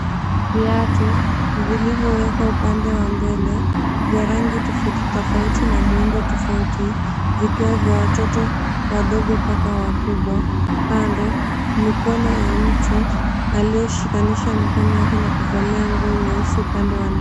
Viatu vilivyowekwa upande wa mbele vya rangi tofauti tofauti na muundo tofauti, vikiwa vya watoto wadogo mbaka wakubwa. Kando mikono ya mtu aliiyeshikanisha mikono yake na kuvalia nguo nyeusi upande wa ndani.